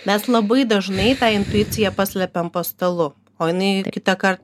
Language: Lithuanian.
mes labai dažnai tą intuiciją paslepiam po stalu o jinai kitąkart